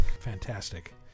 Fantastic